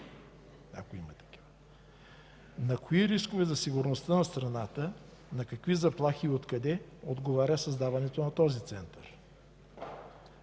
ако има такива? На кои рискове за сигурността на страната, на какви заплахи и откъде отговаря създаването на този център?